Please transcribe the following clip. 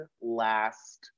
last